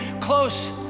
close